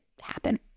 happen